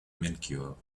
melchior